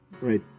Right